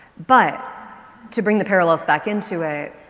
but to bring the parallels back into it,